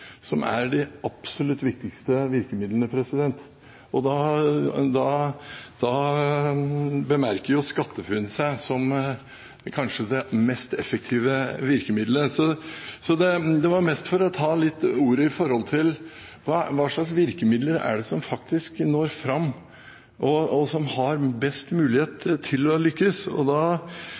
som er de absolutt viktigste virkemidlene. Da bemerker SkatteFUNN seg som kanskje det mest effektive virkemidlet. Så jeg tok ordet mest for å si litt rundt hva slags virkemidler det er som faktisk når fram, og som har best mulighet til å lykkes. Jeg skjønner godt at Riksrevisjonen ønsker en sterkere oppfølging, og